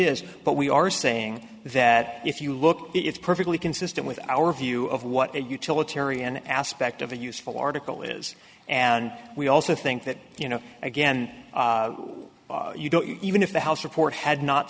is but we are saying that if you look it's perfectly consistent with our view of what a utilitarian aspect of a useful article is and we also think that you know again you know even if the house report had not